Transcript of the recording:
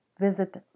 visit